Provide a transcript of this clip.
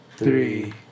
Three